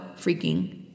freaking